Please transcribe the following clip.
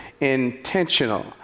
intentional